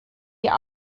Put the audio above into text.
wir